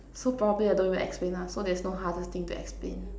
so probably I don't even explain lah so there's no hardest thing to explain